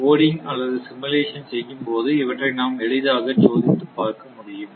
coding அல்லது simulation செய்யும்போது இவற்றை நாம் எளிதாக சோதித்துப் பார்க்க முடியும்